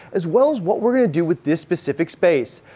as well as what we're gonna do with this specific space.